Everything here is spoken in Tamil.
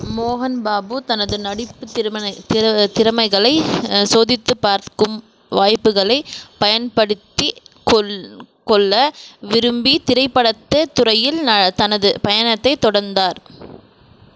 மோகன்பாபு தனது நடிப்பு திருமண திற திறமைகளை சோதித்து பார்க்கும் வாய்ப்புகளை பயன்படுத்திக்கொள் கொள்ள விரும்பி திரைப்படத் துறையில் தனது பயணத்தை தொடந்தார்